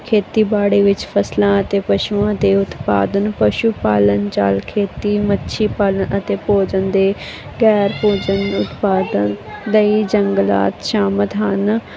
ਖੇਤੀਬਾੜੀ ਵਿੱਚ ਫਸਲਾਂ ਅਤੇ ਪਸ਼ੂਆਂ ਦੇ ਉਤਪਾਦਨ ਪਸ਼ੂ ਪਾਲਣ ਚਾਲ ਖੇਤੀ ਮੱਛੀ ਪਾਲਣ ਅਤੇ ਭੋਜਨ ਦੇ ਗੈਰ ਭੋਜਨ ਉਤਪਾਦਨ ਲਈ ਜੰਗਲਾਤ ਸ਼ਾਮਿਲ ਹਨ